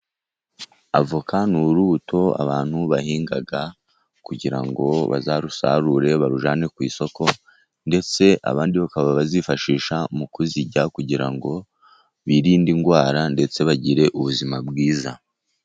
Avoka ni urubuto abantu bahinga kugira ngo bazarusarure barujyane ku isoko, ndetse abandi bakaba bazifashisha mu kuzirya kugira ngo birinde indwara ndetse bagire ubuzima bwiza.